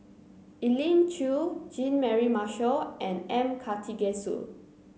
Elim Chew Jean Mary Marshall and M Karthigesu